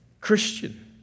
Christian